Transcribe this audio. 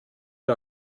der